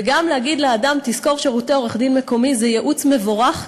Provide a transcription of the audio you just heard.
וגם להגיד לאדם "תשכור שירותי עורך-דין מקומי" זה ייעוץ מבורך,